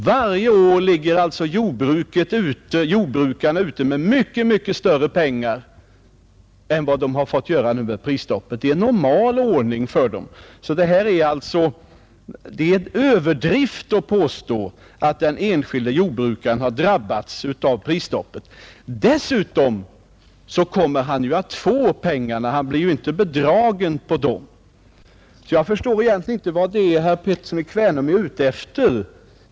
Varje år ligger de alltså ute med mycket större belopp än vad de nu har fått göra på grund av prisstoppet. Det är en normal ordning för dem. Det är alltså en överdrift att påstå att den enskilde jordbrukaren har drabbats av prisstoppet. Dessutom kommer han ju att få pengarna, han blir inte bedragen på dem. Jag förstår egentligen inte vad herr Pettersson i Kvänum är ute efter.